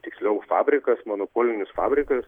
tiksliau fabrikas monopolinis fabrikas